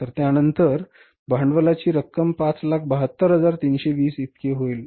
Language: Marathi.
तर त्यानंतर भांडवलाची रक्कम 572320 इतकी होईल